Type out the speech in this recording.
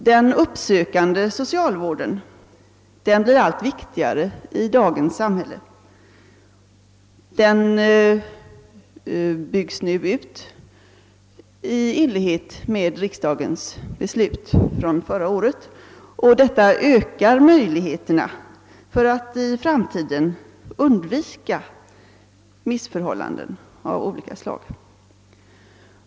Den uppsökande barnavården blir allt viktigare i dagens samhälle. Den byggs nu ut i enlighet med riksdagens beslut från förra året, och detta ökar möjligheterna för att man i framtiden skall kunna undvika missförhållanden av olika slag.